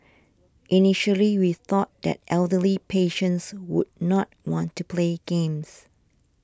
initially we thought that elderly patients would not want to play games